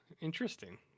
interesting